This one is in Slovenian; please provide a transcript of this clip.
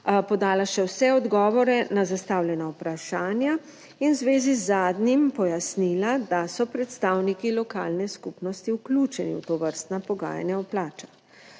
podala še vse odgovore na zastavljena vprašanja in v zvezi z zadnjim pojasnila, da so predstavniki lokalne skupnosti vključeni v tovrstna pogajanja o plačah.